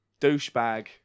douchebag